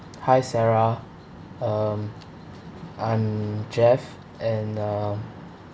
hi sarah um I'm jeff and uh